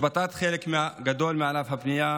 מהשבתת חלק גדול מענף הבנייה,